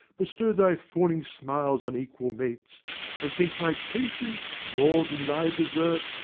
bestow thy fawning smiles on equal mates and think my patience, more than thy desert,